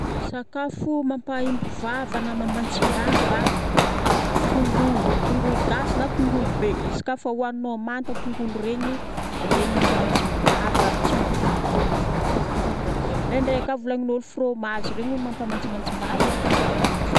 Sakafo mampahimbo vava na mahamantsim-bava: tongolo. Tongolo gasy na tongolo be. Izy kafa hohagninao manta tongolo regny, regny mahamantsim-bava aby tsy mifidy kafa tongotongolon-draha. Ndraindray ka volagnin'olo fromazy regny mampamantsimantsim-bava koa